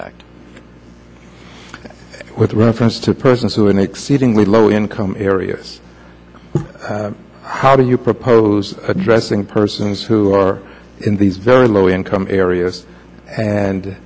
act with reference to persons who in exceedingly low income areas how do you propose addressing persons who are in these very low income areas and